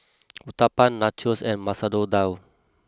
Uthapam Nachos and Masoor Dal